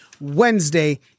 Wednesday